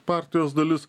partijos dalis